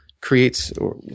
creates—or